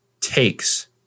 takes